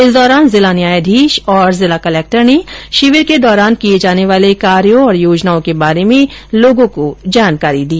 इस दौरान जिला न्यायाधीश और जिला कलेक्टर ने शिविर के दौरान किए जाने वाले कार्यो और योजनाओं के बारे में लोगों को जानकारी दी